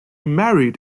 married